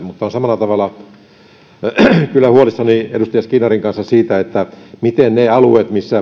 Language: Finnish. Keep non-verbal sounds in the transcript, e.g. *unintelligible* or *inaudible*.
*unintelligible* mutta olen kyllä samalla tavalla edustaja skinnarin kanssa huolissani siitä miten niillä alueilla missä *unintelligible*